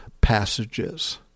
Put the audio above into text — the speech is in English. passages